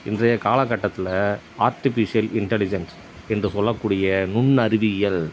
இன்றைய காலகட்டத்தில் artificial intelligence என்று சொல்லக்கூடிய நுண் அறிவியல்